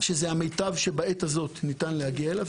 שזה המיטב שבעת הזאת ניתן להגיע אליו,